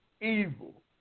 evil